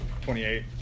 28